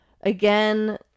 again